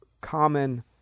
common